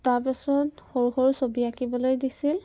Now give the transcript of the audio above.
তাৰপাছত সৰু সৰু ছবি আঁকিবলৈ দিছিল